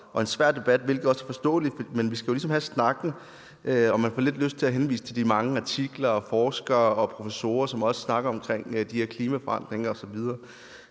er en svær debat, hvilket også er forståeligt, men vi skal jo ligesom have snakken. Man får lidt lyst til at henvise til de mange artikler om emnet og til de mange forskere og professorer, som også snakker om de her klimaforandringer osv.